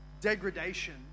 degradation